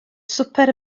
swper